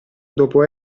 dopo